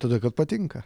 todėl kad patinka